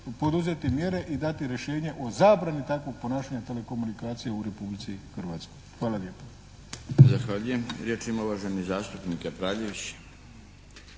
poduzeti mjere i dati rješenje o zabrani takvog ponašanja telekomunikacija u Republici Hrvatskoj. Hvala lijepo. **Milinović, Darko (HDZ)** Zahvaljujem. Riječ ima uvaženi zastupnik Kapraljević.